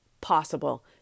possible